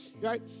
right